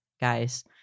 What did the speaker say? guys